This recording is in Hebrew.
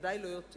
בוודאי לא יותר.